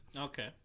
Okay